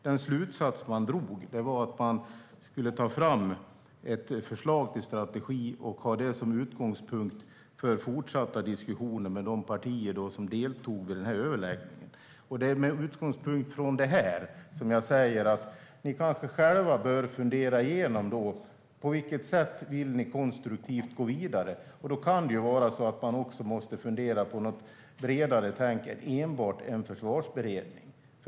Den slutsats som drogs var att man skulle ta fram ett förslag till strategi och ha det som utgångspunkt för fortsatta diskussioner med de partier som deltog vid denna överläggning. Det är med utgångspunkt från detta som jag säger att ni själva kanske bör fundera igenom på vilket sätt som ni konstruktivt vill gå vidare. Då kan det vara så att ni också måste fundera på något bredare än enbart en försvarsberedning.